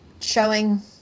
showing